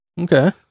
Okay